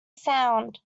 sound